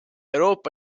euroopa